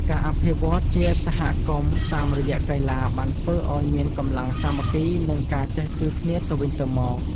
ការអភិវឌ្ឍជាសហគមន៍តាមរយៈកីឡាបានធ្វើឲ្យមានកម្លាំងសាមគ្គីនិងការចេះជួយគ្នាទៅវិញទៅមក។